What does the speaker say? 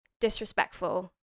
disrespectful